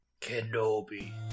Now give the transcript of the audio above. Kenobi